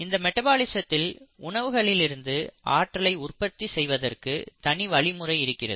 இந்த மெடபாலிசத்தில் உணவுகளிலிருந்து ஆற்றலை உற்பத்தி செய்வதற்கு தனி வழிமுறை இருக்கிறது